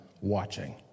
watching